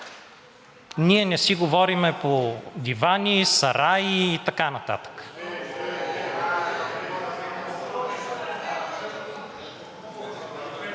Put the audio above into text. Ние не си говорим по дивани, сараи и така нататък.